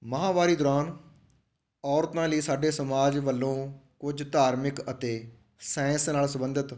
ਮਾਹਵਾਰੀ ਦੌਰਾਨ ਔਰਤਾਂ ਲਈ ਸਾਡੇ ਸਮਾਜ ਵੱਲੋਂ ਕੁਝ ਧਾਰਮਿਕ ਅਤੇ ਸਾਇੰਸ ਨਾਲ ਸੰਬੰਧਿਤ